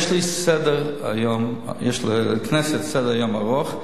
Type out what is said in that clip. יש לכנסת סדר-יום ארוך.